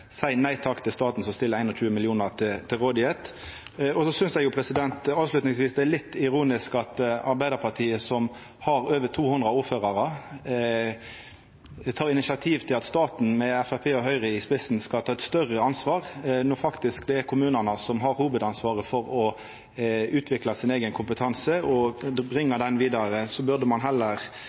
nei takk til staten, som stiller 21 mill. kr til rådvelde. Så synest eg avslutningsvis at det er litt ironisk at Arbeidarpartiet, som har over 200 ordførarar, tek initiativ til at staten, med Framstegspartiet og Høgre i spissen, skal ta eit større ansvar. Når det faktisk er kommunane som har hovudansvaret for å utvikla sin